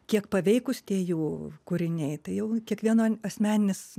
kiek paveikūs tie jų kūriniai tai jau kiekvieno asmeninis